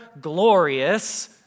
glorious